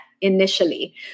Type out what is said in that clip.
initially